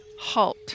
halt